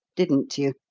didn't you?